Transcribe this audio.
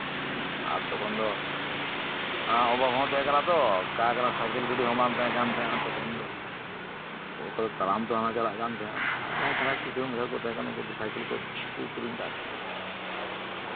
ᱦᱩᱸ ᱟᱨ ᱛᱚᱠᱷᱚᱱ ᱫᱚ ᱵᱚᱦᱚᱜ ᱦᱚᱸ ᱵᱟᱝ ᱛᱟᱦᱮᱸ ᱞᱮᱱᱟ ᱛᱚ ᱚᱠᱟ ᱠᱟᱱᱟ ᱥᱟᱭᱠᱮᱞ ᱜᱟᱹᱰᱤ ᱚᱱᱟ ᱦᱚᱸ ᱵᱟᱝ ᱛᱟᱦᱮᱸ ᱠᱟᱱᱟ ᱛᱚᱠᱷᱚᱱ ᱫᱚ ᱛᱟᱲᱟᱢ ᱛᱮ ᱦᱚᱸ ᱞᱮ ᱪᱟᱞᱟᱜ ᱠᱟᱱ ᱛᱟᱦᱮᱸᱱᱟ ᱟᱨ ᱡᱟᱦᱟᱸᱭ ᱠᱤᱥᱟᱹᱬᱼ ᱤᱥᱟᱹᱬ ᱠᱚ ᱛᱟᱦᱮᱸ ᱠᱟᱱᱟ ᱩᱱᱠᱩ ᱫᱚ ᱥᱟᱭᱠᱮᱞ ᱠᱚ ᱠᱤᱨᱤᱧ ᱟᱠᱟᱫ ᱠᱚ ᱛᱟᱦᱮᱸᱜᱼᱟ